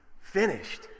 finished